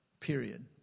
period